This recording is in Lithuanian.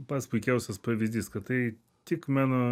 pats puikiausias pavyzdys kad tai tik meno